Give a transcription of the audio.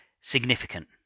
significant